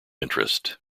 interest